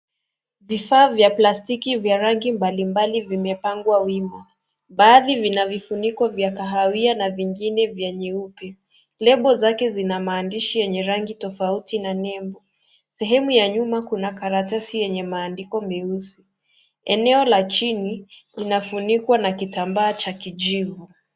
Vifaa vya plastiki vya rangi mbalimbali vimepangwa wima. Baadhi vina vifuniko vya kahawia na vingine vya nyeupe. Lebo zake zina maandishi yenye rangi tofauti na nembo. Sehemu ya nyuma kuna karatasi yenye maandiko meusi. Eneo la chini kinafunikwa na kitambaa cha kijivu.